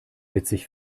witzig